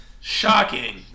Shocking